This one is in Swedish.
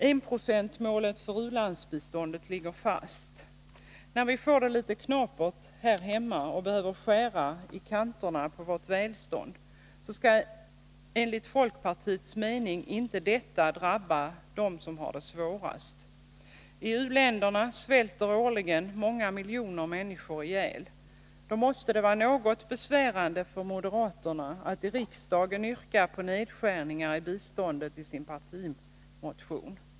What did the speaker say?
Enprocentsmålet för u-landsbiståndet ligger fast. När vi får det litet knapert här hemma och behöver skära i kanterna på vårt välstånd, skall detta enligt folkpartiets mening inte drabba dem som har det svårast. I u-länderna svälter årligen många miljoner ihjäl. Det måste mot den bakgrunden vara något besvärande för moderaterna att i sin partimotion till riksdagen yrka på nedskärningar i biståndet.